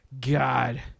God